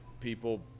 people